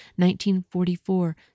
1944